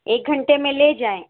ایک گھنٹے میں لے جائیں